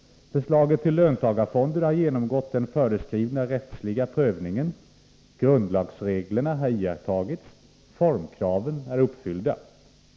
Förslaget till löntagarfonder har genomgått den föreskrivna rättsliga prövningen. Grundlagsreglerna har iakttagits. Formkraven är uppfyllda.